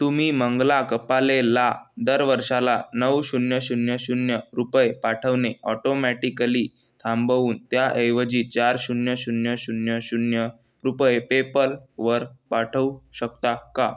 तुम्ही मंगला कपालेला दर वर्षाला नऊ शून्य शून्य शून्य रुपये पाठवणे ऑटोमॅटिकली थांबवून त्याऐवजी चार शून्य शून्य शून्य शून्य रुपये पेपल वर पाठवू शकता का